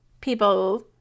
people